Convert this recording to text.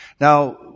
Now